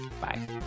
Bye